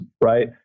right